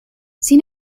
sin